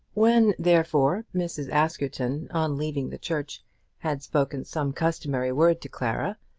when, therefore, mrs. askerton on leaving the church had spoken some customary word to clara,